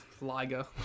Liger